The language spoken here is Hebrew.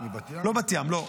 לא בת ים, לא.